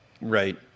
right